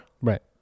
right